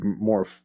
more